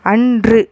அன்று